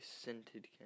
scented